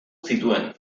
zituen